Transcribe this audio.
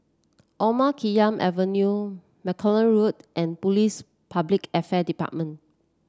Omar Khayyam Avenue Malcolm Road and Police Public Affairs Department